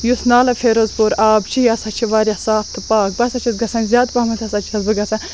یُس نالے فیروز پوٗر آب چھِ یہِ ہَسا چھُ واریاہ صاف تہٕ پاک بہٕ ہَسا چھَس گَژھان زیاد پَہمَتھ ہَسا چھَس بہٕ گَژھان